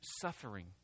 suffering